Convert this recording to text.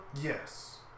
Yes